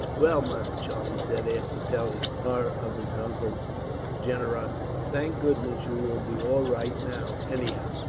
well, mother, charlie said, after telling her of his uncle's generosity, thank goodness you will be all right now, anyhow.